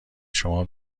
شما